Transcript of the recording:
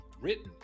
written